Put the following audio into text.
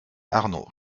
arnaud